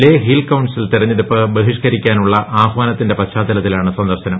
ലേ hill council തെരഞ്ഞെടുപ്പ് ബഹിഷ്ക്കരിക്കാനുള്ള ആഹ്വാനത്തിന്റെ പശ്ചാത്തലത്തിലാണ് സന്ദർശനം